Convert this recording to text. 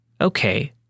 Okay